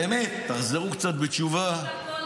באמת, תחזרו קצת בתשובה.